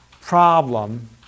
problem